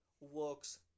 works